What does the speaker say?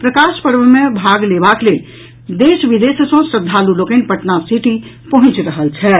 प्रकाश पर्व मे भाग लेबाक लेल देश विदेश सँ श्रद्वालु लोकनि पटनासिटी पहुंचि रहल छथि